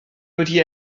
wedi